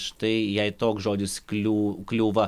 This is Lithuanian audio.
štai jei toks žodis kliū kliūva